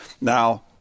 Now